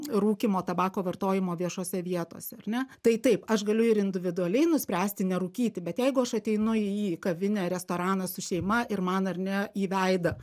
rūkymo tabako vartojimo viešose vietose ar ne tai taip aš galiu ir individualiai nuspręsti nerūkyti bet jeigu aš ateinu į kavinę restoraną su šeima ir man ar ne į veidą